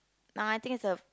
no I think it's a